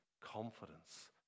confidence